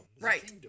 Right